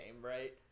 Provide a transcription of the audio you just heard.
right